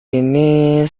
ini